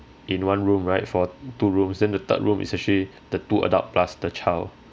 in one room right for two rooms then the third room is actually the two adults plus the child